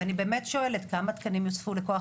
ואני באמת שואלת כמה תקנים נוספו לכוח